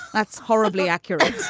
that's horribly accurate.